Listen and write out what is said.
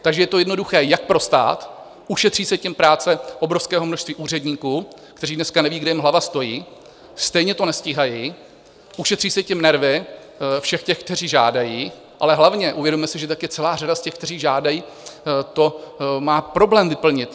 Takže je to jednoduché jak pro stát, ušetří se tím práce obrovského množství úředníků, kteří dneska nevědí, kde jim hlava stojí, stejně to nestíhají, ušetří se tím nervy všech, kteří žádají, ale hlavně, uvědomme si, že také celá řada z těch, kteří žádají, to má problém vyplnit.